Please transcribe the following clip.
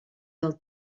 del